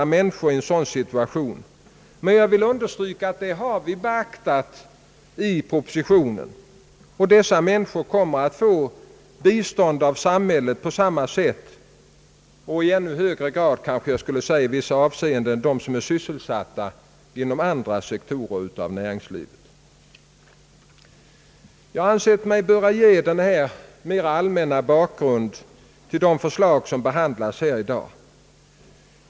Men jag vill understryka att vi har beaktat det i propositionen — dessa människor kommer att få bistånd av samhället på samma sätt som och i vissa avseenden kanske i ännu högre grad än de som är sysselsatta inom andra sektorer av näringslivet. Jag har ansett mig böra ge denna mer allmänna bakgrund till de förslag som behandlas i dag.